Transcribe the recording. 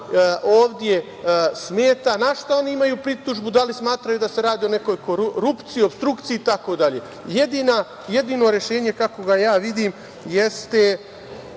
ovde smeta, na šta imaju pritužbu, da li smatraju da se radi o nekoj korupciji, opstrukciji itd. Jedino rešenje, kako ga ja vidim, jeste